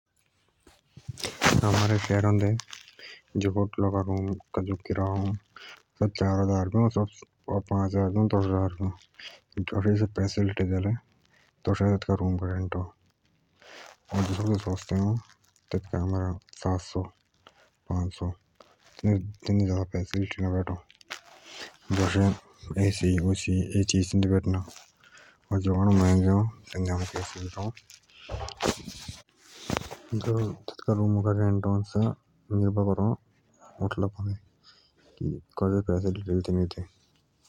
हमारे शहर सर में होटल का किराया पांच सो और पांच हजार हो होटल का किराया तैतिहोक के फैसेलिटीज निर्भर करो और ‌जो सस्ते रूम अ तैतिहोक ज्यादा फैसलिटी ना दो सस्ते रूम में ऐसी ओर बहुत सारी फैसलिट ना दो।